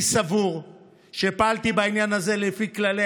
אני סבור שפעלתי בעניין הזה לפי כללי